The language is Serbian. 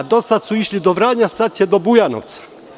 Do sada su išli do Vranja, sada će do Bujanovca.